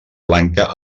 blanca